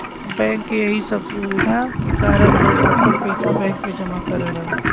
bank के यही सब सुविधा के कारन लोग आपन पइसा बैंक में जमा करेलन